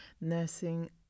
nursing